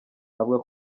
avuga